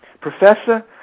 Professor